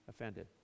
offended